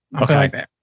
Okay